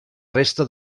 resta